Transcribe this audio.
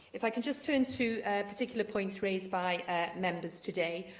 if i could just turn to particular points raised by members today,